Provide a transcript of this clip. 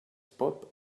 pop